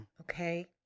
okay